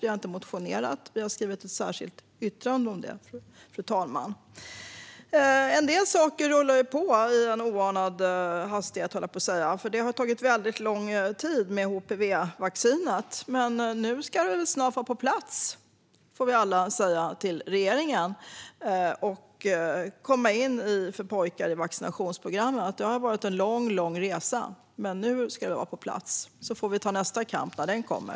Vi har inte motionerat utan skrivit ett särskilt yttrande om det, fru talman. En del saker rullar på i en oanad hastighet. Det har tagit väldigt lång tid med HPV-vaccinet, men nu ska det snart vara på plats, får vi alla säga till regeringen, och komma in för pojkar i vaccinationsprogrammet. Det har varit en lång resa. Men nu ska det vara på plats. Vi får ta nästa kamp när den kommer.